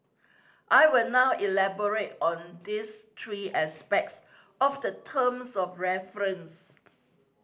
I will now elaborate on these three aspects of the terms of reference